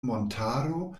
montaro